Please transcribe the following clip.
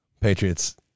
Patriots